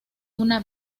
una